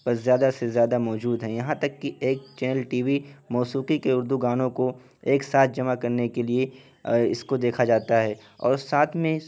پر زیادہ سے زیادہ موجود ہیں یہاں تک کہ ایک چینل ٹی وی موسیقی کے اردو گانوں کو ایک ساتھ جمع کرنے کے لیے اس کو دیکھا جاتا ہے اور ساتھ میں اس